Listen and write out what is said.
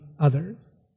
others